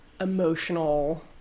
emotional